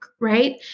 Right